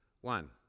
One